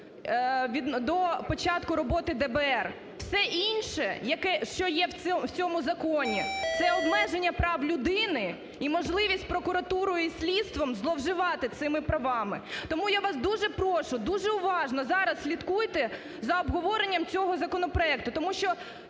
до початку роботи ДБР. Все інше, що є в цьому законі, це обмеження прав людини і можливість прокуратурою і слідством зловживати цими правами. Тому я вас дуже прошу дуже уважно зараз слідкуйте за обговоренням цього законопроекту. Тому що